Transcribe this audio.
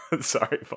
Sorry